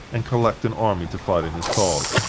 and collect an army to fight in his cause.